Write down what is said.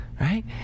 right